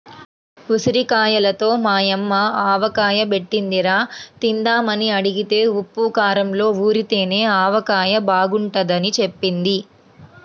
ఉసిరిగాయలతో మా యమ్మ ఆవకాయ బెట్టిందిరా, తిందామని అడిగితే ఉప్పూ కారంలో ఊరితేనే ఆవకాయ బాగుంటదని జెప్పింది